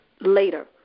later